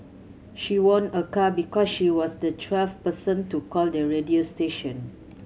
she won a car because she was the twelfth person to call the radio station